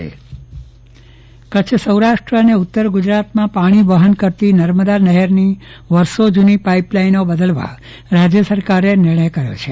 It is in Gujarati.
ચંદ્રવદન પટ્ટણી પાણી અંગે બેઠક કચ્છ સૌરાષ્ટ્ર અને ઉત્તર ગુજરાતમાં પાણી વહન કરતી નર્મદા નહેરની વરસો જૂની પાઈપ લાઈનો બદલવા રાજ્ય સરકારે નિર્ણય કર્યો છે